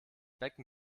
becken